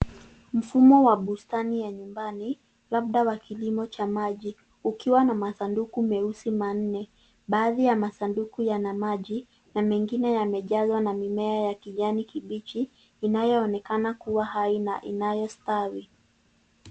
Mfumo wa bustani ya nyumbani, labda wa kilimo cha maji, ukiwa na masanduku meusi manne, baadhi ya masanduku yana maji, na mengine yamejazwa na mimea ya kijani kibichi, inayoonekana kuwa hai na inayostawi.